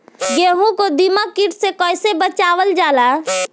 गेहूँ को दिमक किट से कइसे बचावल जाला?